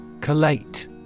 Collate